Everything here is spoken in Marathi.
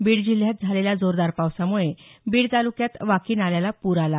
बीड जिल्ह्यात झालेल्या जोरदार पावसाम्ळे बीड ताल्क्यात वाकी नाल्याला पूर आला